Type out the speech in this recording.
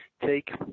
take